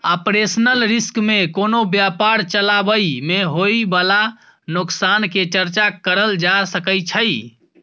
operational risk में कोनो व्यापार चलाबइ में होइ बाला नोकसान के चर्चा करल जा सकइ छइ